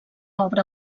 obra